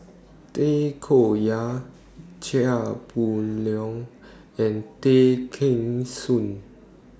Tay Koh Yat Chia Boon Leong and Tay Kheng Soon